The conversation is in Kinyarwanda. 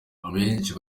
abenshi